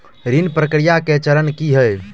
ऋण प्रक्रिया केँ चरण की है?